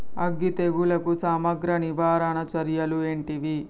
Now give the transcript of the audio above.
అగ్గి తెగులుకు సమగ్ర నివారణ చర్యలు ఏంటివి?